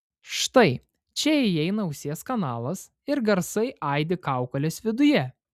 štai čia įeina ausies kanalas ir garsai aidi kaukolės viduje